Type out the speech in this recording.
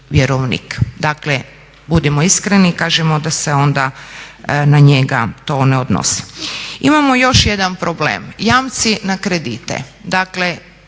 vjerovnik. Dakle, budimo iskreni kažimo da se onda na njega to ne odnosi. Imamo još jedan problem. Jamci na kredite. Dakle,